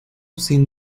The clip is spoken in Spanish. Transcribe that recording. sin